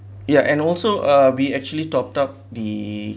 ya and also uh we actually topped up the